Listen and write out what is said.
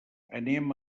anem